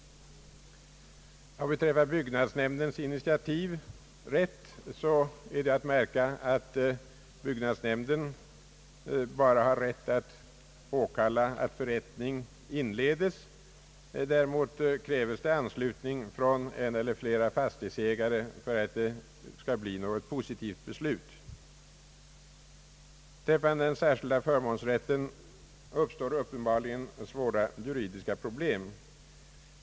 Vad beträffar byggnadsnämndens initiativrätt är det att märka, att byggnadsnämnden bara har rätt att påkalla att förrättning inledes. Däremot kräves det yrkande från en eller flera fastighetsägare för att det skall bli något positivt beslut. Beträffande den särskilda förmånsrätten uppstår uppenbarligen svåra juridiska problem.